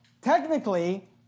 technically